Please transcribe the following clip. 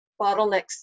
bottlenecks